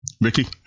Ricky